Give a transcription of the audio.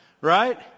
right